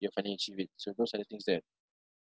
you're financially rich so those are the things that